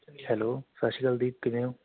hello ਸਤਿ ਸ਼੍ਰੀ ਅਕਾਲ ਦੀਪ ਕਿਵੇਂ ਹੋ